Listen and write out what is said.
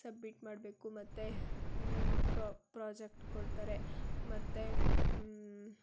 submit ಮಾಡಬೇಕು ಮತ್ತು project ಕೊಡ್ತಾರೆ ಮತ್ತು